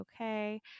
okay